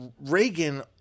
Reagan